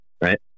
right